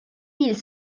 mille